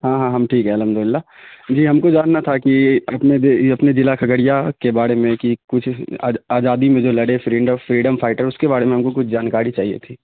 ہاں ہاں ہم ٹھیک ہیں الحمد للہ جی ہم کو جاننا تھا کہ اپنے اپنے ضلع کھگڑیا کے باڑے میں کہ کچھ آزادی میں جو لڑے فریڈم فائٹر اس کے بارے میں ہم کو کچھ جانکاری چاہیے تھی